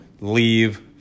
Leave